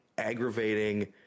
aggravating